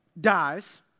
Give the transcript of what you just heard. dies